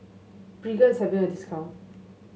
Pregain is having a discount